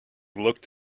looked